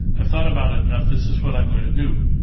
i've thought about it enough, this is what i'm going to do.